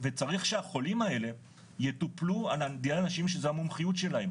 וצריך שהחולים האלה יטופלו על ידי אנשים שזה המומחיות שלהם.